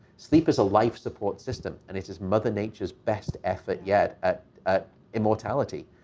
sleep is a life support system, and it is mother nature's best effort yet at at immortality.